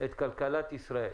את כלכלת ישראל.